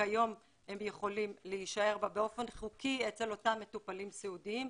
וכיום הם יכולים להישאר בה באופן חוקי אצל אותם מטופלים סיעודיים.